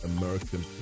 American